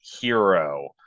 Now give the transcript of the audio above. hero